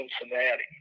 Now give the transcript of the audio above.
Cincinnati